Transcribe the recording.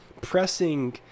pressing